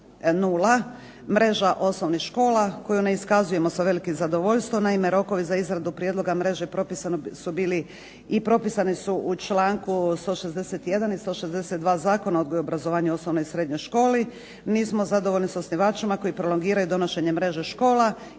0, mreža osnovnih škola koju ne iskazujemo sa velikim zadovoljstvom. Naime, rokovi za izradu prijedloga mreže propisani su bili i propisani su u članku 161. i 162. Zakona o odgoju i obrazovanju u osnovnoj i srednjoj školi. Nismo zadovoljni s osnivačima koji prolongiraju donošenje mreže škola